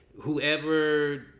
Whoever